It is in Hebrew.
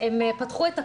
הם פתחו את הקווים,